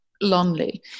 lonely